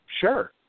sure